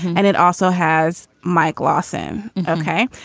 and it also has mike lawson, ok?